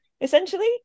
essentially